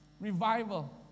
Revival